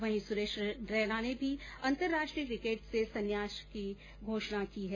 वहीं सुरेश रैना ने भी अंतरराष्ट्रीय किकेट से संन्यास की घोषणा की है